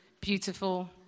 beautiful